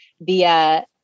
via